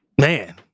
man